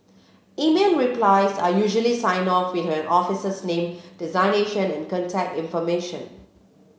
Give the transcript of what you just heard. email replies are usually signed off with an officer's name designation and contact information